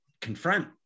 confront